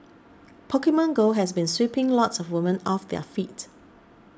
Pokemon Go has been sweeping lots of women off their feet